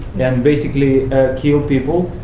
then basically kill people.